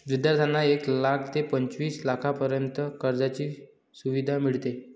विद्यार्थ्यांना एक लाख ते पंचवीस लाखांपर्यंत कर्जाची सुविधा मिळते